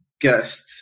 guest